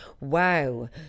wow